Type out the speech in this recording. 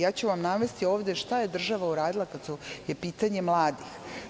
Ja ću vam navesti šta je država uradila kada su u pitanju mladi.